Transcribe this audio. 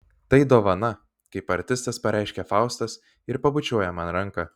tai dovana kaip artistas pareiškia faustas ir pabučiuoja man ranką